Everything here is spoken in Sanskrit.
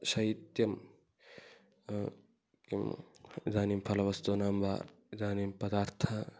शैत्यं किम् इदानीं फलवस्तूनां वा इदानीं पदार्थः